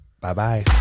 Bye-bye